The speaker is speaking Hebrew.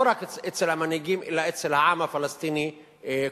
לא רק אצל המנהיגים אלא אצל העם הפלסטיני כולו.